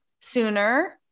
sooner